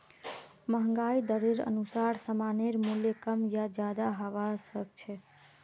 महंगाई दरेर अनुसार सामानेर मूल्य कम या ज्यादा हबा सख छ